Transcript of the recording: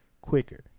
quicker